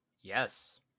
Yes